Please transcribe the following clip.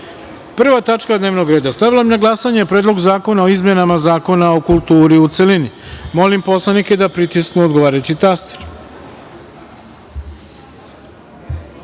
tačka dnevnog reda. Stavljam na glasanje Predlog zakona o izmenama Zakona o kulturi, u celini. Molim poslanike da pritisnu odgovarajući